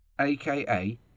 AKA